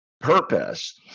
purpose